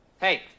Hey